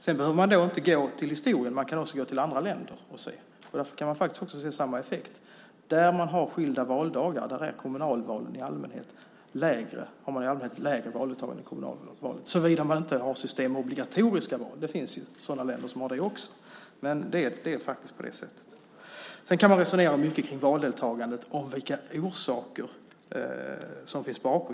Sedan behöver man inte göra historiska jämförelser, utan man kan jämföra med andra länder. Där kan man se samma effekt. Där valdagarna är skilda åt har man i allmänhet lägre valdeltagande i kommunalvalen, såvida man inte har system med obligatoriska val - det finns ju också länder som har det. Men det är alltså på det sättet. Man kan resonera mycket kring valdeltagandet och vilka faktorer som finns bakom.